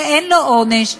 שאין לו עונש,